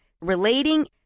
relating